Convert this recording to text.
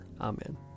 Amen